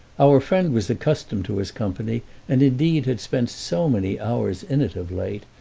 our friend was accustomed to his company and indeed had spent so many hours in it of late,